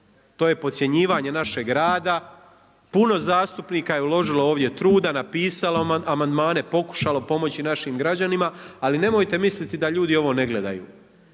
To je podcjenjivanje našeg rada, puno zastupnika je uložilo ovdje truda, napisalo amandmane, pokušalo pomoći našim građanima ali nemojte misliti da ljudi ovo ne gledaju.